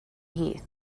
heath